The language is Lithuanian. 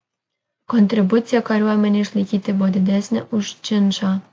kontribucija kariuomenei išlaikyti buvo didesnė už činšą